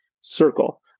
circle